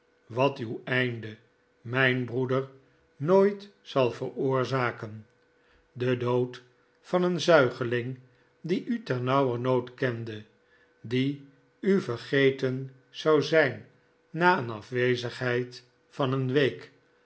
wat uw einde mijn broeder nooit zal veroorzaken de dood van een zuigeling die u ternauwernood kende die u vergeten zou zijn na een afwezigheid van een week